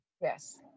yes